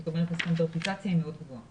זאת אומרת, הסטנדרטיזציה היא מאוד גבוהה.